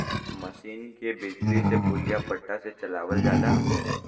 मसीन के बिजली से पुलिया पट्टा से चलावल जाला